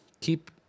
Keep